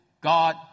God